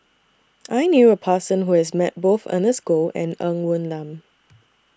I knew A Person Who has Met Both Ernest Goh and Ng Woon Lam